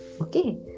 Okay